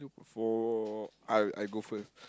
for I I go first